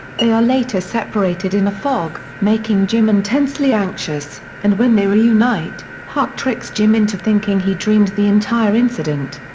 they are later separated in a fog, making jim intensely anxious, and when they reunite, huck tricks jim into thinking he dreamed the entire incident.